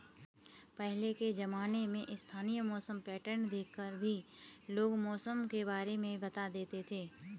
पहले के ज़माने में स्थानीय मौसम पैटर्न देख कर भी लोग मौसम के बारे में बता देते थे